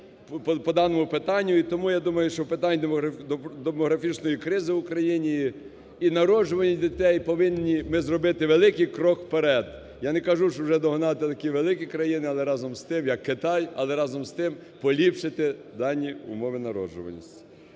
по даному питанню. І тому, я думаю, що питання демографічної кризи в Україні і народжуваність дітей, повинні ми зробити великий крок вперед. Я не кажу, щоб догнати такі великі країни, але разом з тим… як Китай, але разом з тим, поліпшити дані умови народжуваності.